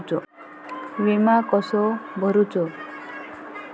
विमा कसो भरूचो?